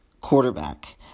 quarterback